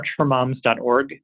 marchformoms.org